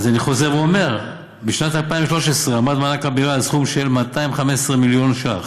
אני חוזר ואומר: בשנת 2013 עמד מענק הבירה על סכום של 215 מיליון ש"ח.